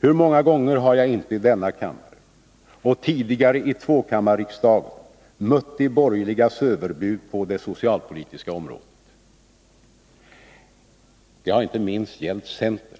Hur många gånger har jag inte i denna kammare och tidigare i tvåkammarriksdagen mött de borgerligas överbud på det socialpolitiska området. Det har inte minst gällt centern.